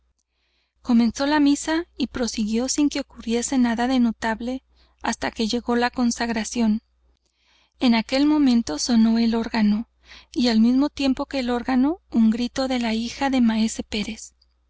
comenzó la misa y prosiguió sin que ocurriese nada de notable hasta que llegó la consagración en aquel momento sonó el órgano y al mismo tiempo que el órgano un grito de la hija de maese pérez